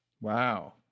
Wow